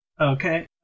Okay